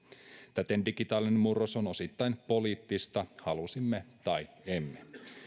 täten digitaalinen murros on osittain poliittista halusimme tai emme